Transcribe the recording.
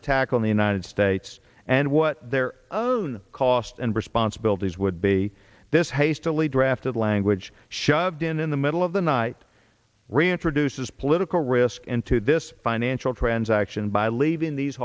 attack on the united states and what their own costs and responsibilities would be this hastily drafted language shoved in in the middle of the night reintroduces political risk into this financial transaction by leaving these